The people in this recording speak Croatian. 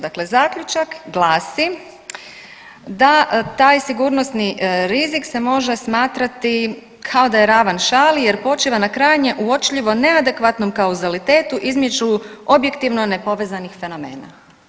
Dakle, zaključak glasi da taj sigurnosni rizik se može smatrati kao da je ravan šali jer počiva na krajnje uočljivo neadekvatnom kauzalitetu između objektivno nepovezanih fenomena.